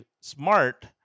smart